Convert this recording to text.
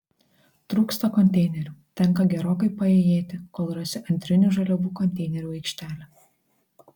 trūksta konteinerių tenka gerokai paėjėti kol rasi antrinių žaliavų konteinerių aikštelę